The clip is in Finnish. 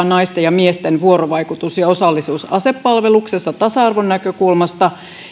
naisten ja miesten vuorovaikutus ja osallisuus asepalveluksessa tasa arvon näkökulmasta